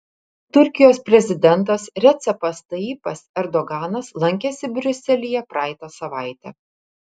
turkijos prezidentas recepas tayyipas erdoganas lankėsi briuselyje praeitą savaitę